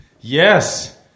Yes